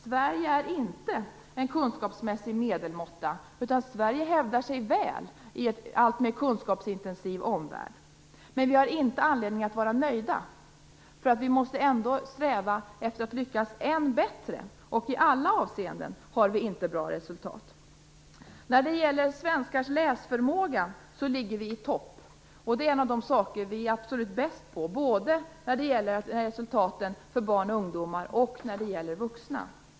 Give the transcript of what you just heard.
Sverige är inte en kunskapsmässig medelmåtta, utan Sverige hävdar sig väl i en alltmer kunskapsintensiv omvärld. Men vi har inte anledning att vara nöjda. Vi måste sträva efter att lyckas än bättre, och i alla avseenden har vi inte bra resultat. När det gäller svenskars läsförmåga ligger vi i topp. Det är en av de saker som vi är absolut bäst på både när det gäller resultaten för barn och ungdomar och när det gäller vuxna.